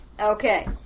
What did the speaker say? Okay